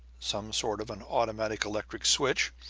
some sort of an automatic electric switch,